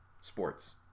sports